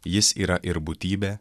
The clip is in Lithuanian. jis yra ir būtybė